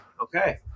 Okay